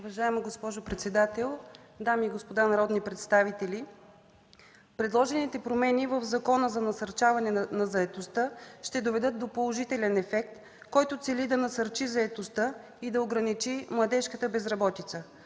Уважаема госпожо председател, дами и господа народни представители! Предложените промени в Закона за насърчаване на заетостта ще доведат до положителен ефект, който цели да насърчи заетостта и да ограничи младежката безработица.